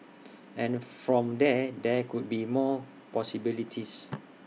and from there there could be more possibilities